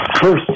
first